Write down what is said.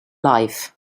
life